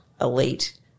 elite